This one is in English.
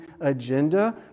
agenda